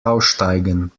aussteigen